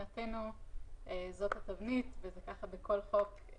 זאת התבנית, ככה זה בכל חוק.